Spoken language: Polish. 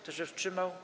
Kto się wstrzymał?